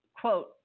quote